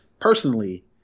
personally